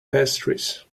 pastries